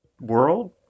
world